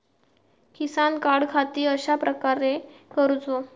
किसान कार्डखाती अर्ज कश्याप्रकारे करूचो?